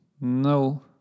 No